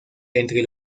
entre